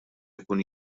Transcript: ikun